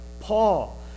Paul